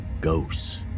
Ghosts